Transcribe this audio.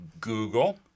google